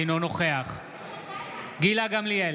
אינו נוכח גילה גמליאל,